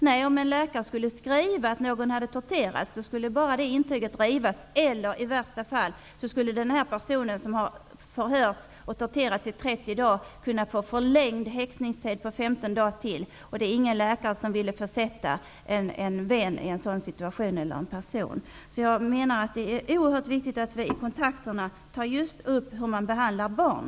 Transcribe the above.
Nej, om en läkare skulle skriva att någon hade torterats skulle man bara få resultatet att den rapporten revs sönder, eller i värsta fall skulle den person som förhörts och torterats i trettio dagar kunna få förlängd häktningstid med femton dagar till. Ingen läkare vill försätta någon i en sådan situation. Jag menar att det är oerhört viktigt att vi i kontakterna tar upp hur man behandlar barn.